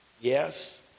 Yes